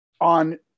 on